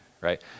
right